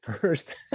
first